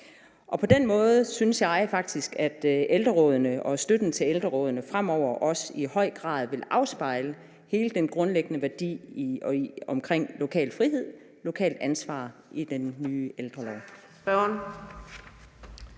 På den måde synes jeg faktisk, at ældrerådene og støtten til ældrerådene fremover også i høj grad vil afspejle hele den grundlæggende værdi omkring lokal frihed, lokalt ansvar i den nye ældrelov.